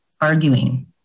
arguing